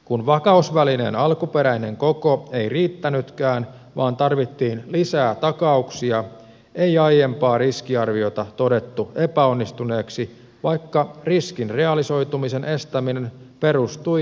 kun vakausvälineen alkuperäinen koko ei riittänytkään vaan tarvittiin lisää takauksia ei aiempaa riskiarviota todettu epäonnistuneeksi vaikka riskin realisoitumisen estäminen perustui lisänokitukseen